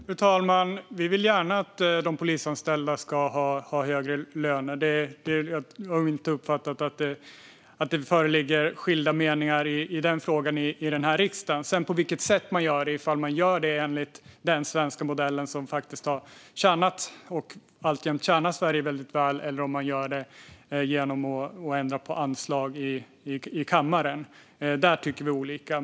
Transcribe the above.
Fru talman! Vi vill gärna att de polisanställda ska ha högre löner. Jag har inte uppfattat att det föreligger skilda meningar i den frågan här i riksdagen. I fråga om man ska göra det enligt den svenska modellen, som faktiskt har tjänat och alltjämt tjänar Sverige väldigt väl, eller om man ska göra det genom att ändra på anslag i kammaren tycker vi olika.